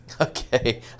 Okay